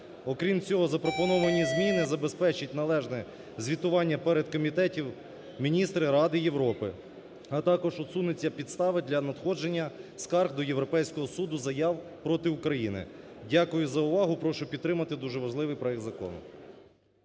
Окрім цього, запропоновані зміни забезпечать належне звітування перед Комітетом Міністрів Ради Європи, а також усунуться підстави для надходження скарг до Європейського Суду заяв проти України. Дякую за увагу. Прошу підтримати дуже важливий проект закону.